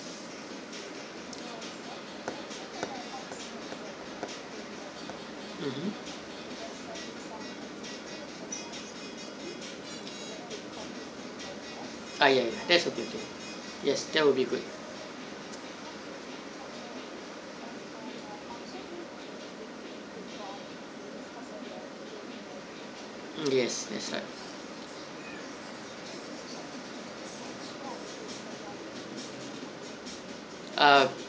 mmhmm ah ya ya yes that is okay that would be good yes that's right ah